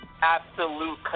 absolute